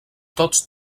tots